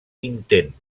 intent